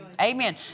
Amen